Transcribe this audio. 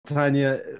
Tanya